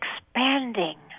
expanding